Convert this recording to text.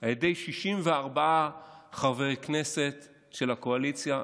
על ידי 64 חברי כנסת של הקואליציה,